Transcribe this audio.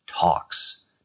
talks